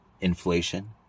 inflation